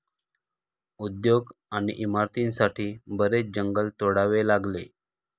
उद्योग आणि इमारतींसाठी बरेच जंगल तोडावे लागले